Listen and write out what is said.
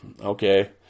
okay